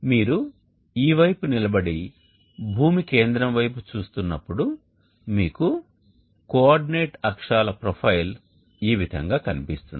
మీరు ఈ వైపు నిలబడి భూమి కేంద్రం వైపు చూస్తున్నప్పుడు మీకు కోఆర్డినేట్ అక్షాల ప్రొఫైల్ ఈ విధంగా కనిపిస్తుంది